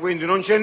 Quindi, non c'è nulla di polemico